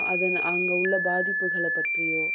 அது அங்கே உள்ள பாதிப்புகளை பற்றியோ